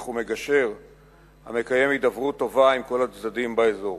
ומגשר המקיים הידברות טובה עם כל הצדדים באזור.